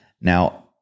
now